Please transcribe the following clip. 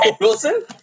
Wilson